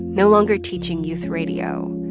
no longer teaching youth radio.